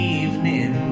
evening